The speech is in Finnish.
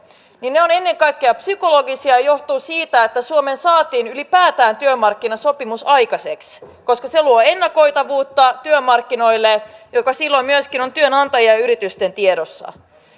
niin ne ovat ennen kaikkea psykologisia ja johtuvat siitä että suomeen saatiin ylipäätään työmarkkinasopimus aikaiseksi koska se luo ennakoitavuutta työmarkkinoille joka silloin myöskin on työnantajien ja yritysten tiedossa